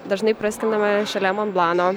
dažnai praskrendame šalia monblano